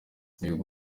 yego